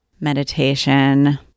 meditation